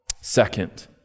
Second